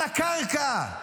על הקרקע,